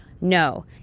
no